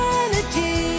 energy